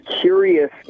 curious